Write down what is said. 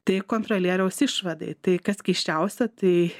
tai kontrolieriaus išvadai tai kas keisčiausia tai